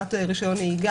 הגבלת רישיון נהיגה.